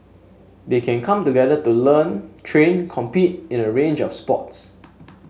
they can come together to learn train compete in a range of sports